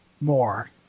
more